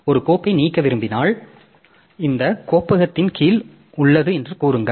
ஒரு கோப்பை நீக்க விரும்பினால் இந்த கோப்பகத்தின் கீழ் உள்ளது என்று கூறுங்கள்